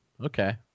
Okay